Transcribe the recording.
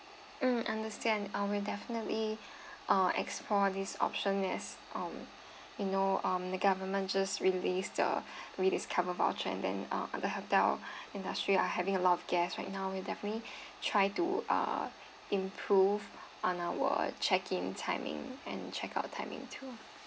mm understand I will definitely uh explore this option as uh you know um the government just released the rediscover voucher and then uh the hotel industry are having a lot of guest right now we'll definitely try to uh improve on our check in timing and check out timing too